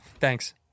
thanks